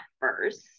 first